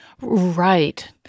Right